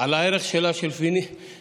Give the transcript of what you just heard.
על הערך שלה כמפעל.